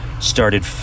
started